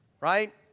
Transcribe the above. Right